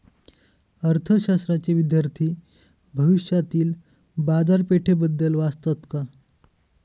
अर्थशास्त्राचे विद्यार्थी भविष्यातील बाजारपेठेबद्दल वाचतात का?